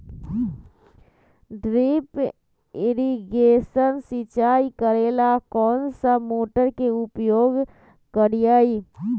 Drip irrigation सिंचाई करेला कौन सा मोटर के उपयोग करियई?